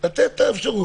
כן לתת את האפשרות.